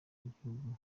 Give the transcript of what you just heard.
w’igihugu